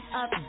up